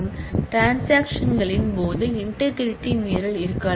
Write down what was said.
டிரன்சாக்சன்களின் போது இன்டெக்ரிடி மீறல் இருக்கலாம்